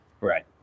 Right